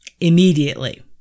Immediately